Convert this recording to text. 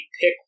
pick